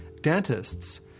Dentists